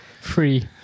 Free